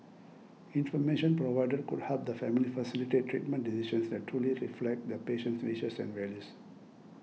information provided could help the family facilitate treatment decisions that truly reflect the patient's wishes and values